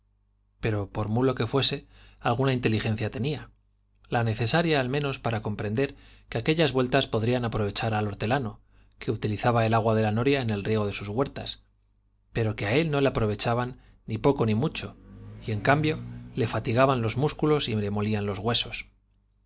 pero por mulo que fuese alguna inteligencia tenía la necesaria al menos para comprender que aquellas vueltas podrían aprovechar al hortelano que utilizaba el agua de la noria en el riego de sus huertas pero que á él no le aprovechaban ni poco ni mucho y en cambio le fatigaban los músculos y le molían los huesos